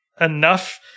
enough